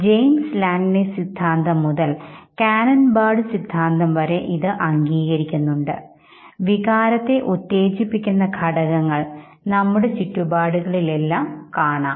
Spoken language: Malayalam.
ജെയിംസ് ലാംഗ്ന്റെ സിദ്ധാന്തം മുതൽ കാനൻ ബാർഡ് സിദ്ധാന്തം വരെ ഇത് അംഗീകരിക്കുന്നുണ്ട് വികാരത്തെ ഉത്തേജിപ്പിക്കുന്ന ഘടകങ്ങൾ നമ്മുടെ ചുറ്റുപാടുകളിൽ എല്ലാം കാണാം